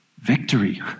Victory